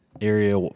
area